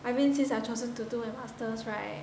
I mean since I've chosen to do a masters right